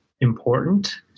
important